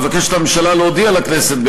הממשלה מבקשת להודיע לכנסת,